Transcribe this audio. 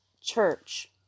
church